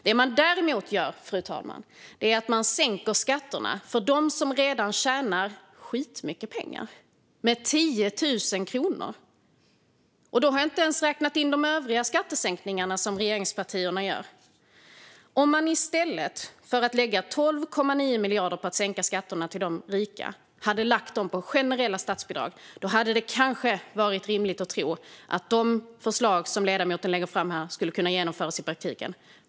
Det man däremot gör, fru talman, är att sänka skatterna för dem som redan tjänar skitmycket pengar med 10 000 kronor. Och då har jag inte ens räknat in de övriga skattesänkningar som regeringspartierna gör. Om man i stället för att lägga 12,9 miljarder på att sänka skatterna för de rika hade lagt dem på generella statsbidrag hade det kanske varit rimligt att tro att de förslag som ledamoten lägger fram skulle kunna genomföras i praktiken.